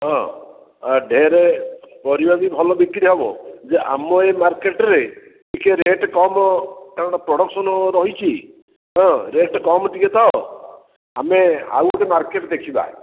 ହଁ ଢେର୍ ପରିବା ବି ଭଲ ବିକ୍ରି ହେବ ଯେ ଆମ ଏ ମାର୍କେଟ୍ରେ ଟିକିଏ ରେଟ୍ କମ୍ କାହିଁକିନା ପ୍ରଡ଼କ୍ସନ୍ ରହିଛି ରେଟ୍ କମ୍ ଟିକିଏ ତ ଆମେ ଆଉ ଗୋଟେ ମାର୍କେଟ୍ ଦେଖିବା